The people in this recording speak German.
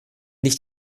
nicht